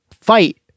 fight